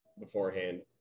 beforehand